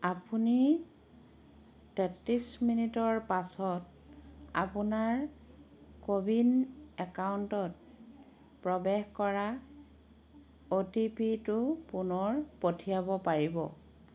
আপুনি তেত্ৰিছ মিনিটৰ পাছত আপোনাৰ কোৱিন একাউণ্টত প্ৰৱেশ কৰাৰ অ'টিপি টো পুনৰ পঠিয়াব পাৰিব